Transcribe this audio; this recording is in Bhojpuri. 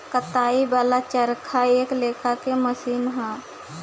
कताई वाला चरखा एक लेखा के मशीन ह